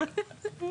כן.